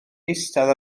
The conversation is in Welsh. eistedd